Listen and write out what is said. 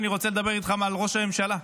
אני באמת רוצה לדבר איתכם על ראש הממשלה.